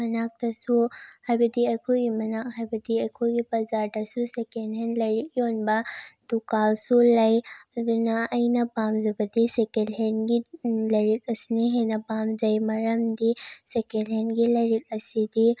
ꯃꯅꯥꯛꯇꯁꯨ ꯍꯥꯏꯕꯗꯤ ꯑꯩꯈꯣꯏꯒꯤ ꯃꯅꯥꯛ ꯍꯥꯏꯕꯗꯤ ꯑꯩꯈꯣꯏꯒꯤ ꯕꯖꯥꯔꯗꯁꯨ ꯁꯦꯀꯦꯟ ꯍꯦꯟ ꯂꯥꯏꯔꯤꯛ ꯌꯣꯟꯕ ꯗꯨꯀꯥꯟꯁꯨ ꯂꯩ ꯑꯗꯨꯅ ꯑꯩꯅ ꯄꯥꯝꯖꯕꯗꯤ ꯁꯦꯀꯦꯟ ꯍꯦꯟꯒꯤ ꯂꯥꯏꯔꯤꯛ ꯑꯁꯤꯅ ꯍꯦꯟꯅ ꯄꯥꯝꯖꯩ ꯃꯔꯝꯗꯤ ꯁꯦꯀꯦꯟ ꯍꯦꯟꯒꯤ ꯂꯥꯏꯔꯤꯛ ꯑꯁꯤꯗꯤ